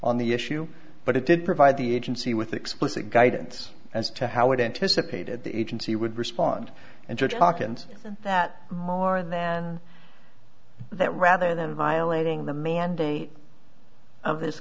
on the issue but it did provide the agency with explicit guidance as to how it anticipated the agency would respond and judge hawkins that more than that rather than violating the mandate of this